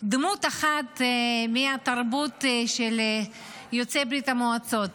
דמות אחת מהתרבות של יוצאי ברית המועצות.